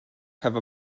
have